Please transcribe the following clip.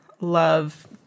love